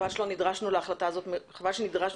חבל שנדרשנו להחלטה הזו מראש.